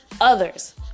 Others